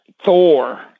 Thor